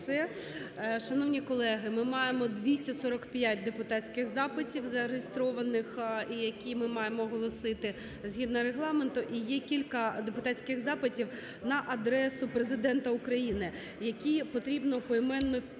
Андрію, за це. Шановні колеги, ми маємо 245 депутатських запитів, зареєстрованих і які ми маємо оголосити згідно Регламенту. І є кілька депутатських запитів на адресу Президента України, які потрібно поіменно проголосувати.